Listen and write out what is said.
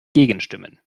gegenstimmen